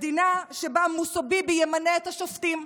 מדינה שבה מוסוביבי ימנה את השופטים,